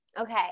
okay